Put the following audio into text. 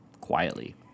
quietly